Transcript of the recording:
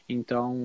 Então